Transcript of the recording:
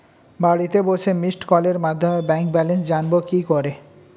বাড়িতে বসে মিসড্ কলের মাধ্যমে ব্যাংক ব্যালেন্স জানবো কি করে?